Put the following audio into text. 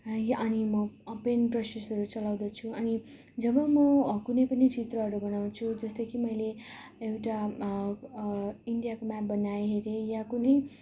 अनि म पेन्ट ब्रसेसहरू चलाउँदछु अनि जब म कुनै पनि चित्रहरू बनाउँछु जस्तै कि मैले एउटा इन्डियाको म्याप बनाएँ हेरेँ या कुनै